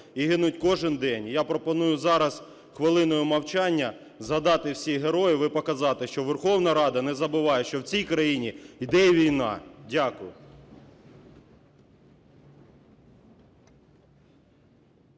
і гинуть кожен день. Я пропоную зараз хвилиною мовчання згадати всіх героїв і показати, що Верховна Рада не забуває, що в цій країні йде війна. Дякую.